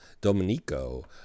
Dominico